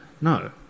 No